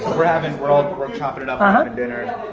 we're having, we're all chopping it up ah having dinner.